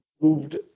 moved